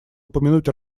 упомянуть